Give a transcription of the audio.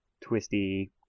twisty